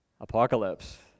Apocalypse